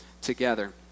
together